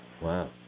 Wow